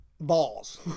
Balls